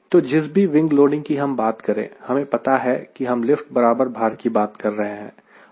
तो जिस भी विंग लोडिंग कि हम बात करें हमें पता है कि हम लिफ्ट बराबर भार की बात कर रहे हैं